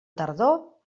tardor